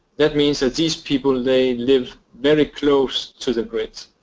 that means that these people, they live very close to the grids.